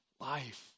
life